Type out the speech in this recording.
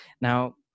Now